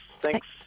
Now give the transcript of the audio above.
thanks